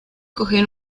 coger